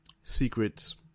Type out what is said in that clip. secrets